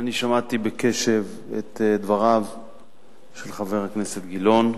שמעתי בקשב את דבריו של חבר הכנסת גילאון.